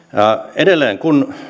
edelleen kun